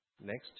Next